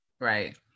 Right